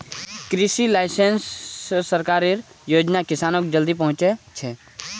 कृषि लाइसेंस स सरकारेर योजना किसानक जल्दी पहुंचछेक